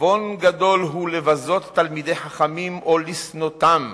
עוון גדול הוא לבזות תלמידי חכמים או לשנאותן,